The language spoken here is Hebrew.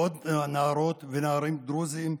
והיו עוד נערות ונערים דרוזים,